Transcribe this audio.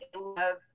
love